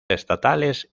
estatales